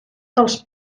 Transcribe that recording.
dels